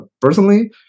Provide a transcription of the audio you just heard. personally